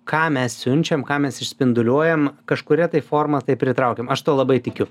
ką mes siunčiam ką mes išspinduliuojam kažkuria tai forma tai pritraukiam aš tuo labai tikiu